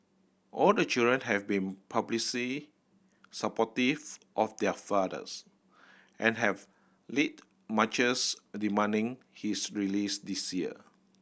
all the children have been supportive of their fathers and have lead marches demanding his release this year